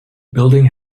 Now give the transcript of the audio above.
building